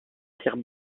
pierre